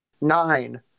nine